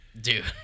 Dude